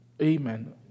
Amen